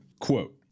Quote